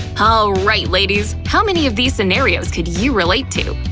alright ladies, how many of these scenarios could you relate to?